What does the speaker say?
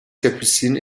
capucines